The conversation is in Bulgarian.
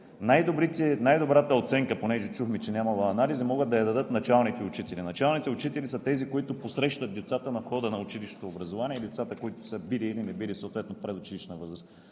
Най-добрата оценка – понеже чухме, че нямало анализи, могат да я дадат началните учители. Началните учители са тези, които посрещат децата на входа на училищното образование и децата, които са били или не са били съответно в предучилищна възраст.